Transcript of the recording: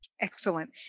Excellent